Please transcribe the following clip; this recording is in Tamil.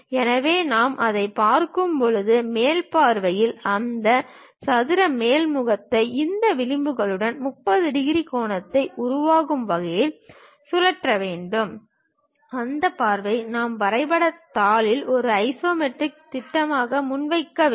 எனவே நாம் அதைப் பார்க்கும் மேல் பார்வையில் அந்த சதுர மேல் முகத்தை இந்த விளிம்புகளுடன் 30 டிகிரி கோணத்தை உருவாக்கும் வகையில் சுழற்ற வேண்டும் அந்த பார்வையை நாம் வரைபடத் தாளில் ஒரு ஐசோமெட்ரிக் திட்டமாக முன்வைக்க வேண்டும்